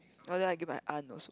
oh then I give my aunt also